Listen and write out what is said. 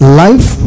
life